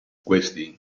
questi